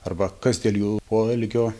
arba kas dėl jo poelgio